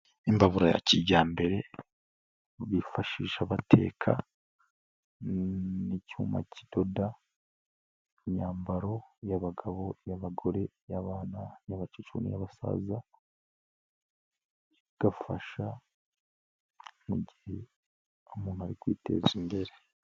Imbabura ya kijyambere bifashisha bateka, n'icyuma kidoda imyambaro y'abagabo, iy'abagore, iy'abana iy'abacecuru n'iy'abasaza, igafasha mu gihe umuntu ari kwiteza imbere.